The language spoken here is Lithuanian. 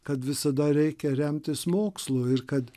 kad visada reikia remtis mokslu ir kad